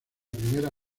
primera